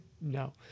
No